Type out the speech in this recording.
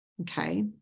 Okay